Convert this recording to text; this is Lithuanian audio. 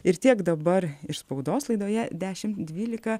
ir tiek dabar iš spaudos laidoje dešim dvylika